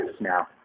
now